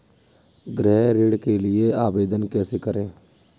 गृह ऋण के लिए आवेदन कैसे करें?